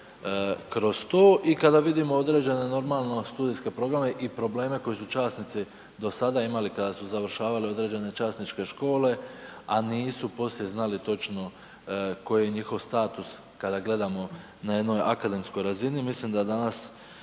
kada vidimo određena normalno studijske programe i probleme koje su časnici do sada imali kada su završavali određene časničke škole a nisu poslije znali točno koji je njihov status kada gledamo na jednoj akademskoj razini, mislim da danas